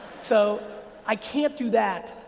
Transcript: so i can't do that,